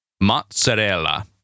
Mozzarella